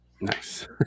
Nice